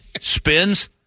spins